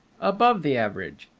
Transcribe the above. above the average.